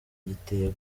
giteye